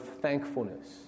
thankfulness